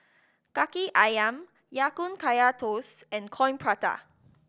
Kaki Ayam Ya Kun Kaya Toast and Coin Prata